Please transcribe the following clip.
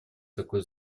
такой